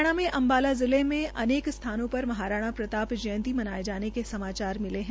हरियाणा के अम्बाला जिले में भी अनेक स्थानों र महाराणा प्रता जयंती मनाये जाने के समाचार मिले है